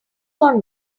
gone